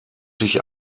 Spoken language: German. sich